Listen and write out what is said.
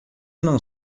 não